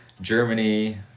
Germany